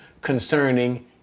concerning